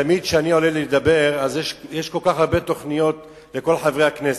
תמיד כשאני עולה לדבר יש כל כך הרבה תוכניות לכל חברי הכנסת.